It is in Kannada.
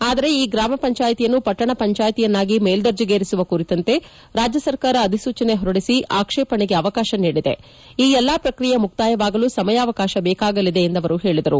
ಆದರೆ ಈ ಗ್ರಾಮ ಪಂಚಾಯಿತಿಯನ್ನು ಪಟ್ಟಣ ಪಂಚಾಯಿತಿಯನ್ನಾಗಿ ಮೇಲ್ದರ್ಜೆಗೇರಿಸುವ ಕುರಿತಂತೆ ರಾಜ್ಯ ಸರ್ಕಾರ ಅಧಿಸೂಚನೆ ಹೊರಡಿಸಿ ಆಕ್ಷೇಪಣೆಗೆ ಅವಕಾಶ ನೀಡಿದೆ ಈ ಎ ಪ್ರಕ್ರಿಯೆ ಮುಕ್ತಾಯವಾಗಲು ಸಮಯಾವಕಾಶ ಬೇಕಾಗಲಿದೆ ಎಂದು ಅವರು ಹೇಳಿದರು